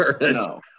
No